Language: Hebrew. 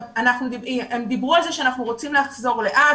הם דיברו על זה שאנחנו רוצים לחזור לאט,